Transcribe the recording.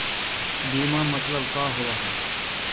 बीमा मतलब का होव हइ?